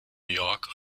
york